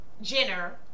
Jenner